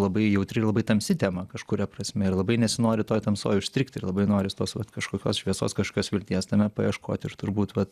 labai jautri ir labai tamsi tema kažkuria prasme ir labai nesinori toj tamsoj užstrigt ir labai noris tos vat kažkokios šviesos kažkokios vilties tame paieškot ir turbūt vat